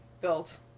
built